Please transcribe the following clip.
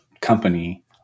company